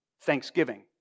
Thanksgiving